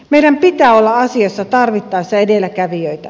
meidän pitää olla asiassa tarvittaessa edelläkävijöitä